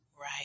Right